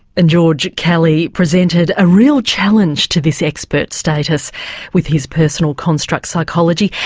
and george kelly presented a real challenge to this expert status with his personal construct psychology,